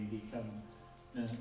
become